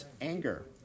anger